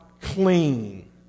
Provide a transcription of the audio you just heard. clean